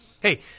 Hey